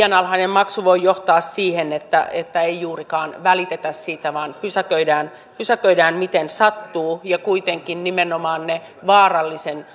maksu voi johtaa siihen että että ei juurikaan välitetä siitä vaan pysäköidään pysäköidään miten sattuu ja kuitenkin nimenomaan ne vaarallisen